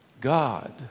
God